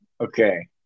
Okay